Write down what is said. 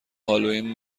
هالوین